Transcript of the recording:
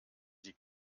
die